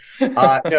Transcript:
no